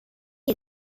est